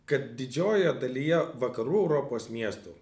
kad didžiojoje dalyje vakarų europos miestų